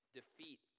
defeat